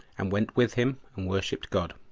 and went with him and worshipped god.